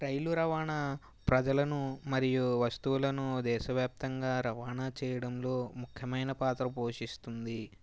రైలు రవాణా ప్రజలను మరియు వస్తువులను దేశవ్యాప్తంగా రవాణా చేయడంలో ముఖ్యమైన పాత్ర పోషిస్తుంది